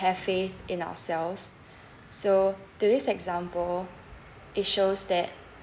have faith in ourselves so to this example it shows that